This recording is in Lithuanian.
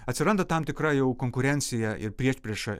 atsiranda tam tikra jau konkurencija ir priešprieša